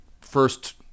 first